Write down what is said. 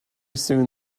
soon